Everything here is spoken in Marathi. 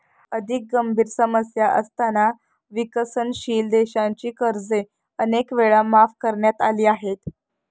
अधिक गंभीर समस्या असताना विकसनशील देशांची कर्जे अनेक वेळा माफ करण्यात आली आहेत